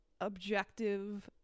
objective